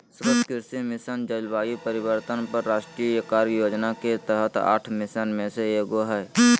सतत कृषि मिशन, जलवायु परिवर्तन पर राष्ट्रीय कार्य योजना के तहत आठ मिशन में से एगो हइ